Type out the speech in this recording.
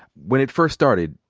when it first started,